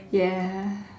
ya